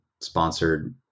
sponsored